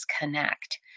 connect